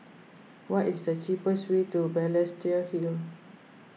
what is the cheapest way to Balestier Hill